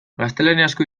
gaztelaniazko